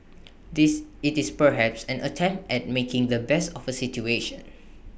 this IT is perhaps an attempt at making the best of A situation